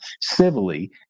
civilly